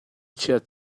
chiat